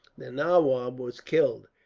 the nawab was killed,